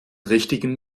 richtigen